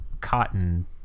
cotton